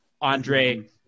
Andre